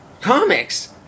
comics